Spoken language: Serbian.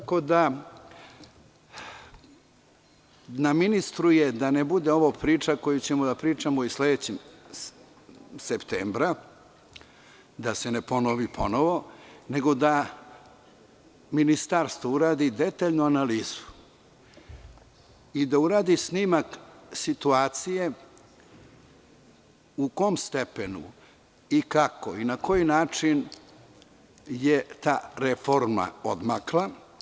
Tako da, na ministru je da ne bude ovo priča koju ćemo da pričamo i sledećeg septembra, da se ne ponovi ponovo, nego da ministarstvo uradi detaljnu analizu i da uradi snimak situacije u kom stepenu, kako i na koji način je ta reforma odmakla.